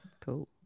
cool